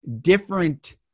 different